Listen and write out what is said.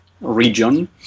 region